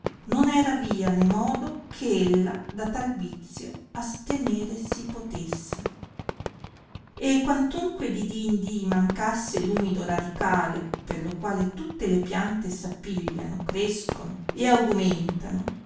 non era via né modo che ella da tal vizio astenere si potesse e quantunque di dì in dì mancasse umido radicale per lo quale tutte le piante s appigliano crescono e augumentano